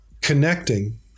connecting –